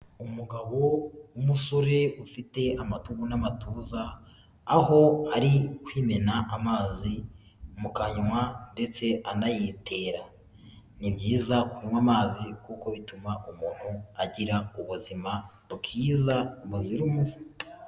Umugabo w'umusore ufite amatugu n'amatuza aho ari kwimena amazi mu kanywa ndetse anayitera, ni byiza kunywa amazi kuko bituma umuntu agira ubuzima bwiza buzira umuze.